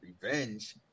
revenge